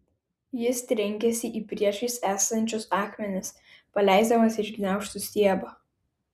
jis trenkėsi į priešais esančius akmenis paleisdamas iš gniaužtų stiebą